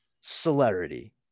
celerity